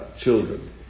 children